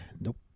Nope